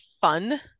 fun